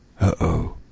Uh-oh